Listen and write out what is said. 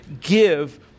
give